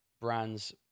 brands